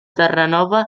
terranova